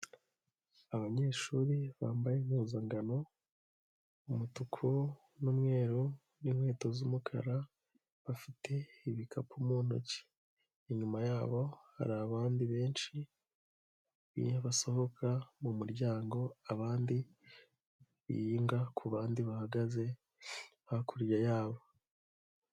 Abanyeshuri bambaye impuzangano umutuku n'umweru n'inkweto z'umukara, bafite ibikapu mu ntoki inyuma yabo hari abandi benshi iyo basohoka mu muryango abandi biyunga kubandi bahagaze hakurya yabo.